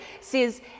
says